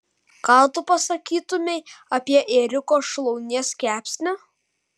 ką tu pasakytumei apie ėriuko šlaunies kepsnį